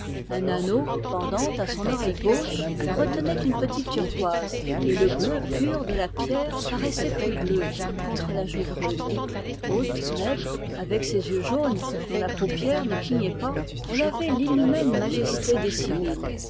un anneau pendant à son oreille gauche retenait une petite turquoise et le bleu pur de la pierre paraissait plus bleu contre la joue brune haute maigre avec ses yeux jaunes dont la paupière ne clignait pas elle avait l'inhumaine majesté des